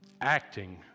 acting